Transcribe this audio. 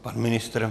Pan ministr?